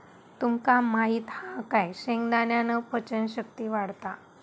तुमका माहित हा काय शेंगदाण्यान पचन शक्ती वाढता